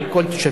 על כל תושביה.